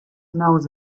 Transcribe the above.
knows